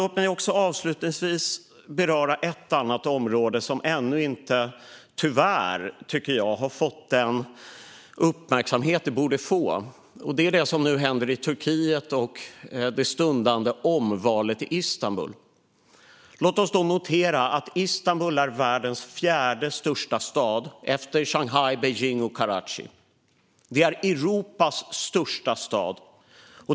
Låt mig avslutningsvis beröra ett annat område som tyvärr, tycker jag, ännu inte har fått den uppmärksamhet som det borde få! Det gäller det som nu händer i Turkiet och det stundande omvalet i Istanbul. Låt oss notera att Istanbul är världens fjärde största stad, efter Shanghai, Beijing och Karachi. Det är Europas största stad.